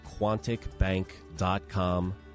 Quanticbank.com